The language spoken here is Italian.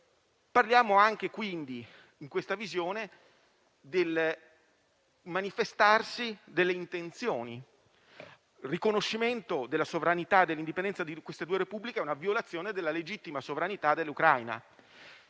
Parliamo, quindi, in questa visione, anche del manifestarsi delle intenzioni. Il riconoscimento della sovranità e dell'indipendenza di queste due Repubbliche è una violazione della legittima sovranità dell'Ucraina.